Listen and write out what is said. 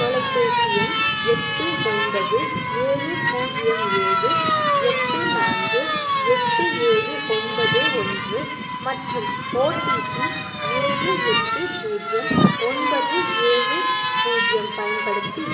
தொலைபேசி எண் எட்டு ஒன்பது ஏழு பூஜ்ஜியம் ஏழு எட்டு நான்கு எட்டு ஏழு ஒன்பது ஓன்று மற்றும் ஓடிபி ஏழு எட்டு பூஜ்ஜியம் ஒன்பது ஏழு பூஜ்ஜியம் பயன்படுத்தி